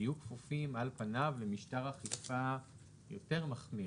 יהיו כפופים על פניו למשטר אכיפה יותר מחמיר.